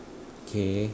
K